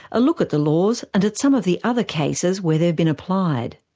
a look at the laws and at some of the other cases where they have been applied.